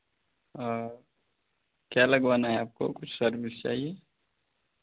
हाँ क्या लगवाना है आपको कुछ सर्विस चाहिए